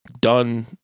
done